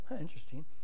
Interesting